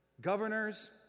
governors